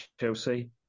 Chelsea